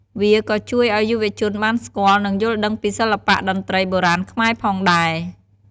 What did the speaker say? វាក៏ជួយឲ្យយុវជនបានស្គាល់ និងយល់ដឹងពីសិល្បៈតន្ត្រីបុរាណខ្មែរផងដែរ។